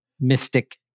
mystic